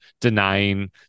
denying